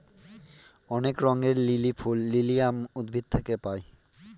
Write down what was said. অনেক রঙের লিলি ফুল লিলিয়াম উদ্ভিদ থেকে পায়